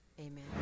amen